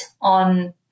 on